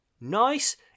Nice